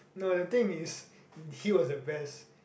no the thing is he was the best